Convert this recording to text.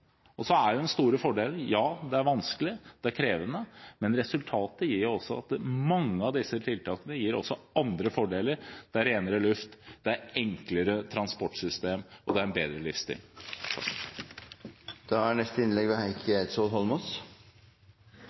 det er vanskelig, det er krevende, men resultatet av mange av disse tiltakene gir også fordeler: Det er renere luft, enklere transportsystem og en bedre